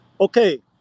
Okay